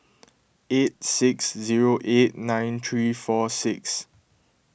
eight six zero eight nine three four six